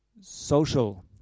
social